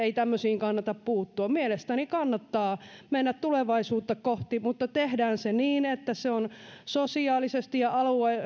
ei tämmöisiin kannata puuttua mielestäni kannattaa mennä tulevaisuutta kohti mutta tehdään se niin että se on sosiaalisesti ja